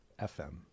FM